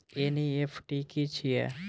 NEFT की छीयै?